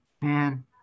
Man